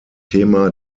thema